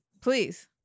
Please